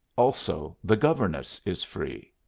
also the governess is free.